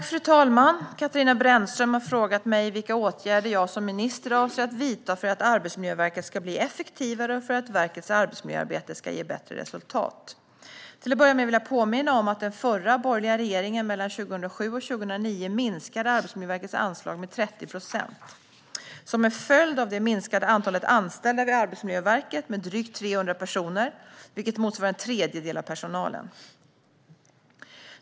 Fru talman! Katarina Brännström har frågat mig vilka åtgärder jag som minister avser att vidta för att Arbetsmiljöverket ska bli effektivare och för att verkets arbetsmiljöarbete ska ge bättre resultat. Till att börja med vill jag påminna om att den förra, borgerliga regeringen mellan 2007 och 2009 minskade Arbetsmiljöverkets anslag med 30 procent. Som en följd av detta minskade antalet anställda vid Arbetsmiljöverket med drygt 300 personer, vilket motsvarar en tredjedel av personalen.